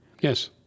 Yes